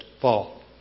fall